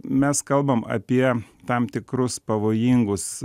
mes kalbam apie tam tikrus pavojingus